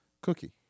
Cookie